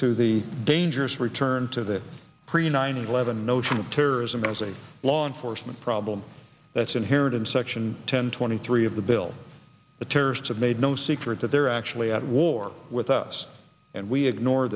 to the dangerous return to the pre nine eleven notion of terrorism as a law enforcement problem that's inherent in section ten twenty three of the bill the terrorists have made no secret that they're actually at war with us and we ignore